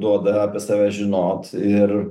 duoda apie save žinot ir